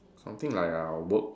something like uh work